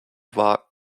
war